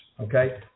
Okay